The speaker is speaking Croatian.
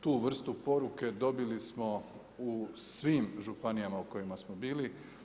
Tu vrstu poruke dobili smo u svim županijama u kojim smo bili.